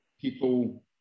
people